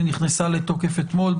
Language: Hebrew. שנכנסה לתוקף אתמול,